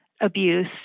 abuse